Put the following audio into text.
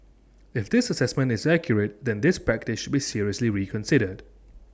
if this Assessment is accurate then this practice should be seriously reconsidered